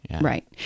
Right